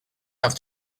have